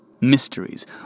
Mysteries